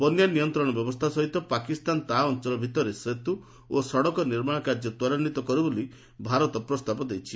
ବନ୍ୟା ନିୟନ୍ତ୍ରଣ ବ୍ୟବସ୍ଥା ସହିତ ପାକିସ୍ତାନ ତା' ଅଞ୍ଚଳ ଭିତରେ ସେତ୍ ଓ ସଡ଼କ ନିର୍ମାଣ କାର୍ଯ୍ୟ ତ୍ୱରାନ୍ୱିତ କରୁ ବୋଲି ଭାରତ ପ୍ରସ୍ତାବ ଦେଇଛି